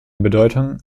bedeutung